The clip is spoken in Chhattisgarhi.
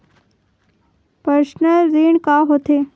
पर्सनल ऋण का होथे?